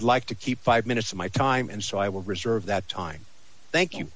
i'd like to keep five minutes of my time and so i will reserve that time thank you